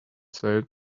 said